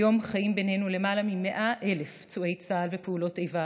כיום חיים בינינו למעלה מ-100,000 פצועי צה"ל ופעולות האיבה,